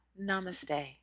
Namaste